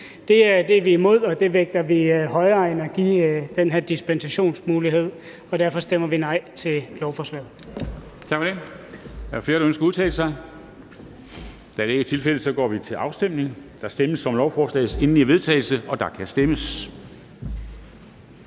Det er vi imod, og det vægter vi højere end at give den her dispensationsmulighed, og derfor stemmer vi nej til lovforslaget.